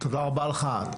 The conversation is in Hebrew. תודה רבה לך.